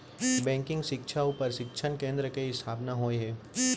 banking सिक्छा अउ परसिक्छन केन्द्र के इस्थापना होय हे